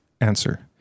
Answer